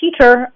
teacher